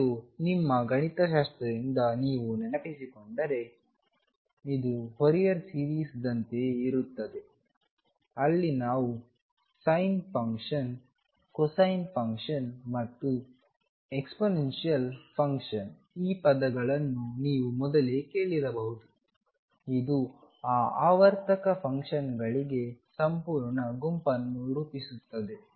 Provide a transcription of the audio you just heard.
ಮತ್ತು ನಿಮ್ಮ ಗಣಿತಶಾಸ್ತ್ರದಿಂದ ನೀವು ನೆನಪಿಸಿಕೊಂಡರೆ ಇದು ಫೋರಿಯರ್ ಸೀರೀಸ್ದಂತೆಯೇ ಇರುತ್ತದೆ ಅಲ್ಲಿ ನಾವು ಸೈನ್ ಫಂಕ್ಷನ್ ಕೊಸೈನ್ ಫಂಕ್ಷನ್ ಮತ್ತು ಎಕ್ಸ್ಪೋನೆಂಶಿಯಲ್ ಫಂಕ್ಷನ್ ಈ ಪದಗಳನ್ನು ನೀವು ಮೊದಲೇ ಕೇಳಿರಬಹುದುಇದು ಆ ಆವರ್ತಕ ಫಂಕ್ಷನ್ಗಳಿಗೆ ಸಂಪೂರ್ಣ ಗುಂಪನ್ನು ರೂಪಿಸುತ್ತವೆ